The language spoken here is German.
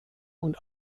und